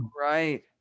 Right